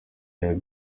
iriya